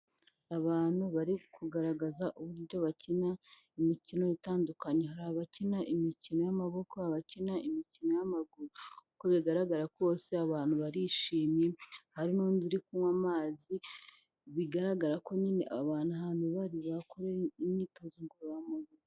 Abantu bari kugaragaza uburyo bakina imikino itandukanye, hari abakina imikino y'amaboko, abakina imikino y'amaguru, uko bigaragara kose abantu barishimye hari n'undi uri kunywa amazi bigaragara ko nyine abantu ahantu bari bakoreye imyitozo ngororamubiri.